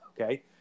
Okay